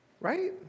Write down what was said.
right